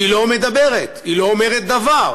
היא לא מדברת, היא לא אומרת דבר,